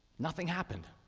nothing happened.